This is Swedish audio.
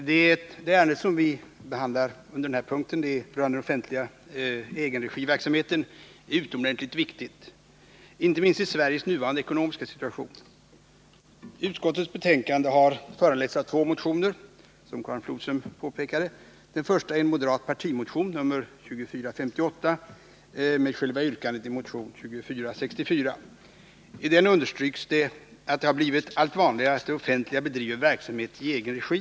Herr talman! Det ärende som vi behandlar under den här punkten, den offentliga egenregiverksamheten, är utomordentligt viktigt, inte minst i Sveriges nuvarande ekonomiska situation. Utskottets betänkande har, som Karin Flodström påpekade, föranletts av två motioner. Den första är en moderat partimotion, nr 2458, med själva yrkandet i motion 2464. I den understryks att det har blivit allt vanligare att det offentliga bedriver verksamhet i egen regi.